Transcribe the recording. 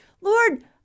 Lord